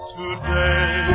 today